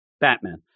Batman